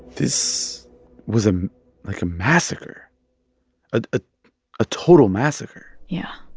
this was, ah like, a massacre ah ah a total massacre yeah.